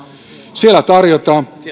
siellä tarjotaan